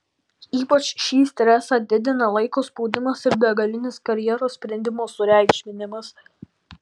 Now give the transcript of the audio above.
ypač šį stresą didina laiko spaudimas ir begalinis karjeros sprendimo sureikšminimas